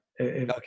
Okay